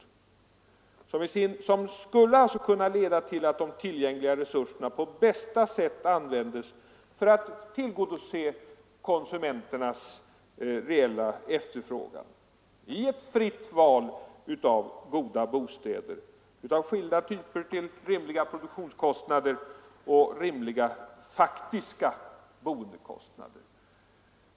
Om man i stället gör detta skulle det kunna leda till att de tillgängliga resurserna på bästa sätt användes för att tillgodose konsumenternas reella efterfrågan i ett fritt val av goda bostäder av skilda typer till rimliga produktionskostnader och rimliga faktiska boendekostnader.